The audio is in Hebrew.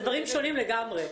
אלה דברים שונים לגמרי.